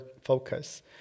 focus